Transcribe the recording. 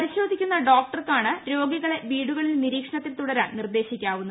പരിശോധിക്കുന്ന ഡോക്ടർക്കാണ് രോഗികളെ വീടുകളിൽ നിരീക്ഷണത്തിൽ തുടരാൻ നിർദേശിക്കാവുന്നത്